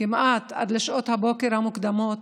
כמעט עד לשעות הבוקר המוקדמות,